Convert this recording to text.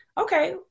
Okay